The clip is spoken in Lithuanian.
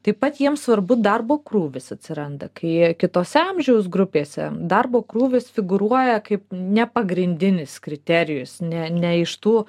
taip pat jiems svarbu darbo krūvis atsiranda kai kitose amžiaus grupėse darbo krūvis figūruoja kaip ne pagrindinis kriterijus ne ne iš tų